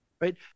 Right